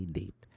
date